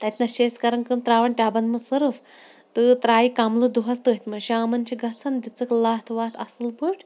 تتنَس چھِ أسۍ کَران کٲم تراوان ٹَبَن مَنٛز سرف تہٕ ترایہِ کَملہٕ دۄہَس تٔتھۍ مَنٛز شامَن چھِ گَژھان دِژِکھ لَتھ وَتھ اَصل پٲٹھۍ